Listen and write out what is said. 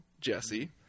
Jesse